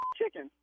chicken